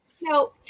No